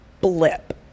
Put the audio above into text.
blip